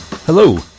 Hello